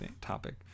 topic